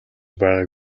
байгааг